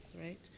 right